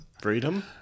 freedom